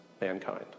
mankind